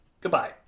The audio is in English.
Goodbye